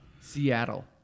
Seattle